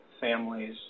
families